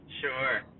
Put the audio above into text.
Sure